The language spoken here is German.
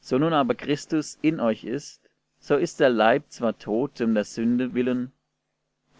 so nun aber christus in euch ist so ist der leib zwar tot um der sünde willen